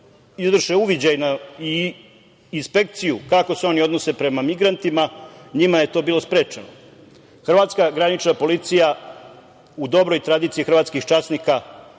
izvrše uviđaj i inspekciju, kako se oni odnose prema migrantima, njima je to bilo sprečeno. Hrvatska granična policija u dobroj tradiciji hrvatskih časnika